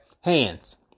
Hands